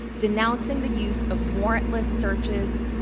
denouncing the use of warrantless searches,